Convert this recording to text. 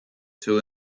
two